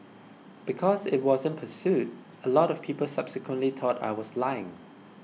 because it wasn't pursued a lot of people subsequently thought I was lying